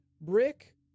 Brick